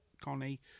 Connie